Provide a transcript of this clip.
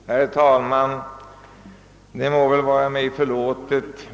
Herr talman!